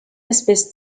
espèce